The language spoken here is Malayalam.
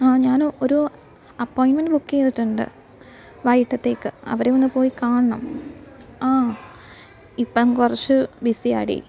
ആ ഞാൻ ഒരു അപ്പോയിന്മെന്റ് ബുക്ക് ചെയ്തിട്ടുണ്ട് വൈകിട്ടത്തേക്ക് അവരെയൊന്ന് പോയി കാണണം ആ ഇപ്പം കുറച്ച് ബിസിയാടി